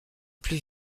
plus